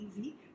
easy